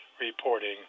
reporting